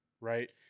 right